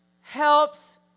helps